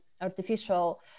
artificial